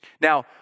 Now